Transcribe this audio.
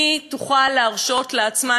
מי תוכל להרשות לעצמה,